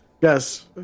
Yes